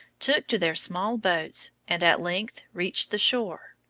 took to their small boats and at length reached the shore.